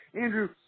Andrew